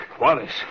Wallace